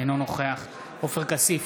אינו נוכח עופר כסיף,